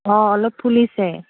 অঁ অলপ ফুলিছে